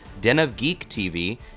denofgeektv